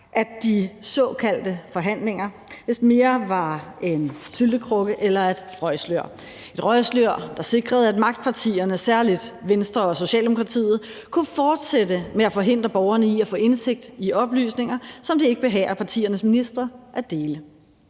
at de såkaldte forhandlinger mere var en syltekrukke eller et røgslør – et røgslør, der sikrede, at magtpartierne, særlig Venstre og Socialdemokratiet, kunne fortsætte med at forhindre borgerne i at få indsigt i oplysninger, som det ikke behager partiernes ministre at dele.